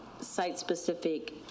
site-specific